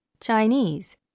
Chinese